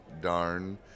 darn